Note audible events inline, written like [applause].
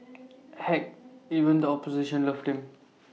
[noise] heck even the opposition loved him